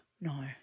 No